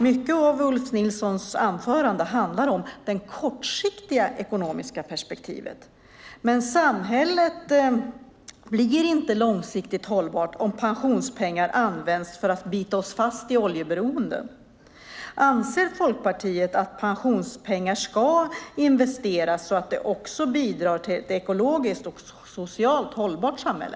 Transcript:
Mycket av Ulf Nilssons anförande handlar om det kortsiktiga ekonomiska perspektivet, men samhället blir inte långsiktigt hållbart om pensionspengar används för att bita oss fast i oljeberoende. Anser Folkpartiet att pensionspengar ska investeras så att de också bidrar till ett ekologiskt och socialt hållbart samhälle?